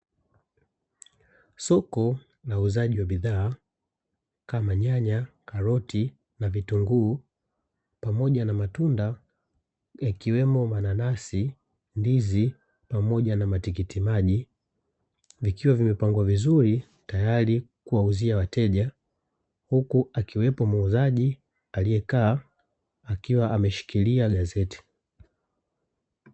Soko la uuzaji wa bidhaa kama nyanya, karoti na vitunguu pamoja na matunda yakiwemo mananasi, ndizi pamoja na matikiti maji vikiwa vimepangwa vizuri tayari kuwauzia wateja, huku akiwepo muuzaji aliyekaa akiwa ameshikilia gazeti.